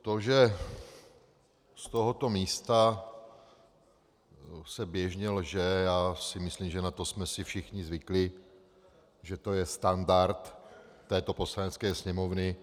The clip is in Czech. To, že z tohoto místa se běžně lže, já si myslím, že na to jsme si všichni zvykli, že to je standard této Poslanecké sněmovny.